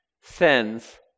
sends